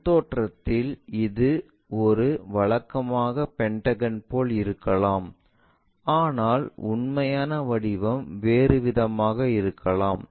முன் தோற்றத்தில் இது ஒரு வழக்கமான பென்டகன் போல இருக்கலாம் ஆனால் உண்மையான வடிவம் வேறு விதமாக இருக்கலாம்